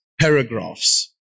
paragraphs